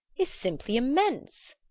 is simply immense!